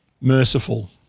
Merciful